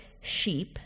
sheep